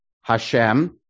Hashem